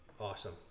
Awesome